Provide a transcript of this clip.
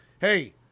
Hey